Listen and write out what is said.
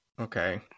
Okay